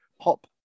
pop